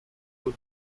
new